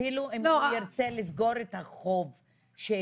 אפילו אם ירצה לסגור את החוב שהצטבר,